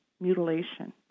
mutilation